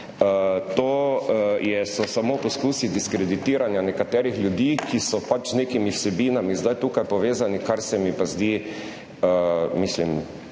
To so samo poskusi diskreditiranja nekaterih ljudi, ki so pač z nekimi vsebinami zdaj tukaj povezani, kar se mi pa zdi zelo